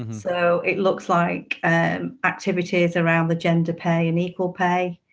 so it looks like and activities around the gender pay and equal pay,